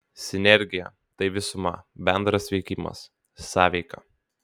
sinergija tai visuma bendras veikimas sąveika